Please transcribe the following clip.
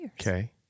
Okay